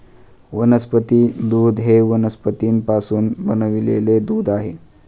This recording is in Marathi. वनस्पती दूध हे वनस्पतींपासून बनविलेले दूध आहे